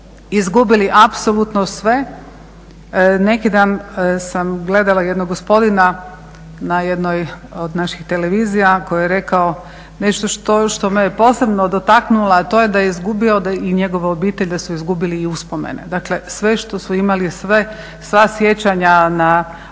izgubili apsolutno sve. Neki dan sam gledala jednog gospodina na jednoj od naših televizija koji je rekao nešto što me je posebno dotaknulo, a to je da je izgubio i njegova obitelj da su izgubili i uspomene. Dakle sve što su imali sva sjećanja na rođenja,